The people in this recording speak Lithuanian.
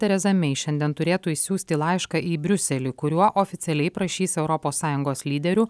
tereza mei šiandien turėtų išsiųsti laišką į briuselį kuriuo oficialiai prašys europos sąjungos lyderių